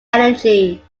energy